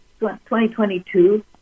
2022